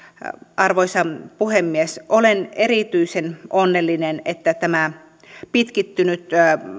arvoisa puhemies olen erityisen onnellinen että tämä pitkittynyt